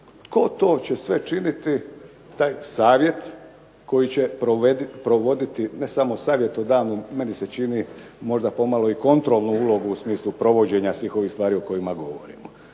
tko to će sve činiti taj savjet koji će provoditi ne samo savjetodavnu, meni se čini možda pomalo i kontrolnu ulogu u smislu provođenja svih ovih stvari o kojima govorimo.